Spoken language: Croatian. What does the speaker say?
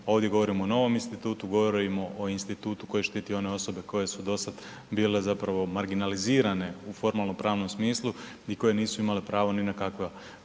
ovdje govorimo o novom institutu, govorimo o institutu koji štiti one osobe koje su do sad bile zapravo marginalizirane u formalno pravnom smislu i koje nisu imale pravo ni na kakva,